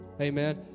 Amen